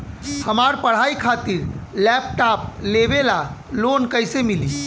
हमार पढ़ाई खातिर लैपटाप लेवे ला लोन कैसे मिली?